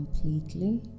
completely